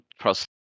trust